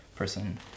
person